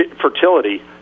fertility